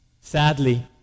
Sadly